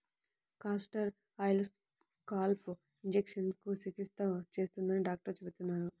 castor oil scalp ఇన్ఫెక్షన్లకు చికిత్స చేస్తుందని డాక్టర్లు చెబుతున్నారు